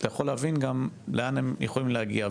אתה יכול להבין גם לאן הם יכולים להגיע.